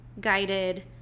guided